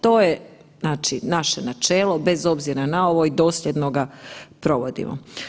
To je znači naše načelo bez obzira na ovo i dosljedno ga provodimo.